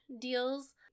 deals